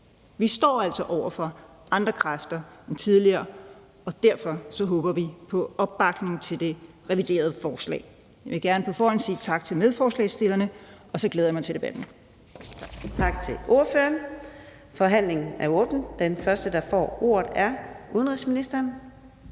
Vi står altså over for andre kræfter end tidligere, og derfor håber vi på opbakning til det reviderede forslag. Jeg vil gerne på forhånd sige tak til medforslagsstillerne, og så glæder jeg mig til debatten.